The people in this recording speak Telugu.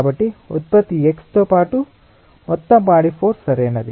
కాబట్టి ఉత్పత్తి x తో పాటు మొత్తం బాడీ ఫోర్స్ సరైనది